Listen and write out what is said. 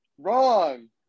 Wrong